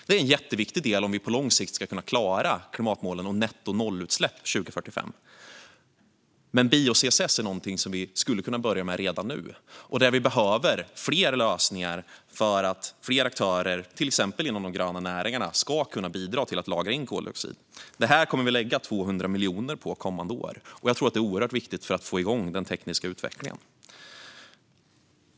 Det är en jätteviktig del om vi på lång sikt ska kunna klara klimatmålen om nettonollutsläpp 2045. Men bio-CCS är något som vi skulle kunna börja med redan nu. Vi behöver fler lösningar för att fler aktörer, till exempel inom de gröna näringarna, ska kunna bidra till att lagra in koldioxid. Det här kommer vi att lägga 200 miljoner på kommande år. Jag tror att det är oerhört viktigt för att få igång den tekniska utvecklingen.